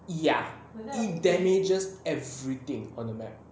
ya it damages everything on the map